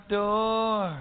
door